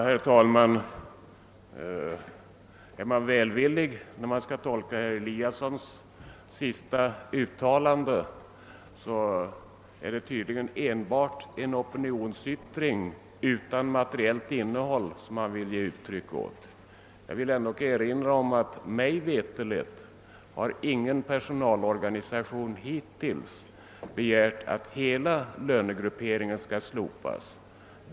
Herr talman! Om man skall tolka herr Eliassons i Sundborn uttalande välvilligt, vill han här tydligen enbart ge uttryck åt en opinionsyttring utan materiellt innehåll. Mig veterligt har ingen personalorganisation hittills begärt att hela lönegrupperingen skall slopas.